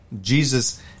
Jesus